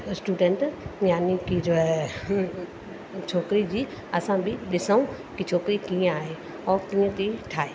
student यानि की जो हीअ छोकिरी जी असां बि ॾिसूं की छोकिरी कीअं आहे और कीअं थी ठाहे